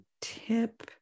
tip